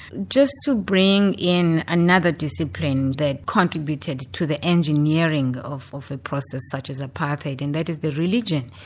just to bring in another discipline that contributed to the engineering of of a process such as apartheid, and that is the religion.